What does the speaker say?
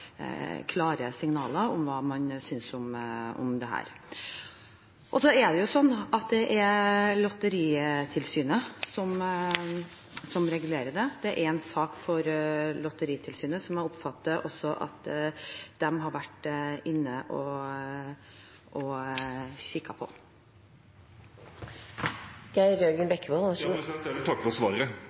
klare signaler om hva man synes om dette. Det er Lotteri- og stiftelsestilsynet som regulerer dette. Det er en sak for Lotteri- og stiftelsestilsynet, som jeg også oppfatter at de har vært inne og sett på. Jeg vil takke for svaret og